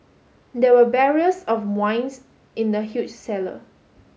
there were barriers of wines in the huge cellar